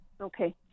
Okay